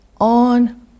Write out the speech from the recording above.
On